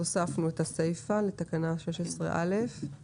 הוספנו את הסיפא לתקנה 16(א).